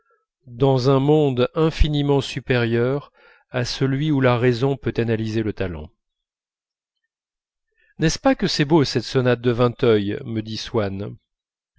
dans un monde infiniment supérieur à celui où la raison peut analyser le talent n'est-ce pas que c'est beau cette sonate de vinteuil me dit